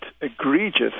egregious